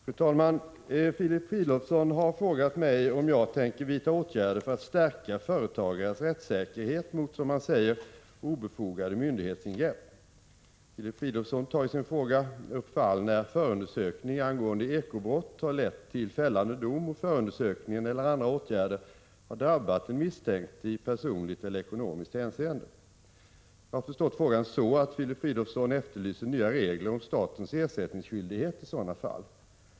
Fru talman! Filip Fridolfsson har frågat mig om jag tänker vidta åtgärder för att stärka företagares rättssäkerhet mot, som han säger, obefogade myndighetsingrepp. Filip Fridolfsson tar i sin fråga upp fall när förundersökning angående ekobrott inte har lett till fällande dom och förundersökningen eller andra åtgärder har drabbat den misstänkte i personligt eller ekonomiskt hänseende. Jag har förstått frågan så att Filip Fridolfsson efterlyser nya regler om statens ersättningsskyldighet i sådana fall.